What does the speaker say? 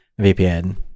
VPN